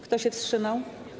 Kto się wstrzymał?